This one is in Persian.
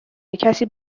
کسی